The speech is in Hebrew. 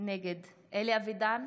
נגד אלי אבידר,